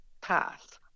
path